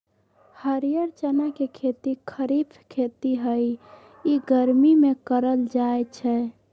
हरीयर चना के खेती खरिफ खेती हइ इ गर्मि में करल जाय छै